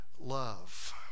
love